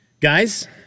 Guys